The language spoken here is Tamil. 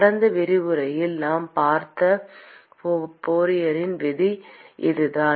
கடந்த விரிவுரையில் நாம் பார்த்த ஃபோரியரின் விதி இதுதான்